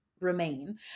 remain